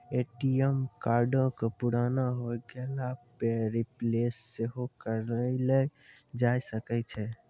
ATM कार्डो के पुराना होय गेला पे रिप्लेस सेहो करैलो जाय सकै छै